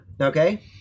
Okay